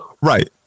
right